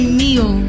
meal